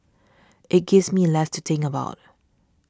it gives me less to think about